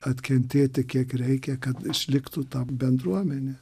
atkentėti kiek reikia kad išliktų ta bendruomenė